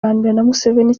museveni